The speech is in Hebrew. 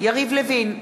יריב לוין,